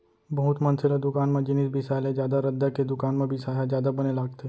बहुत मनसे ल दुकान म जिनिस बिसाय ले जादा रद्दा के दुकान म बिसाय ह जादा बने लागथे